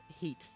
heat